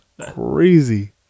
crazy